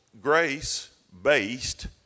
grace-based